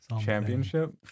Championship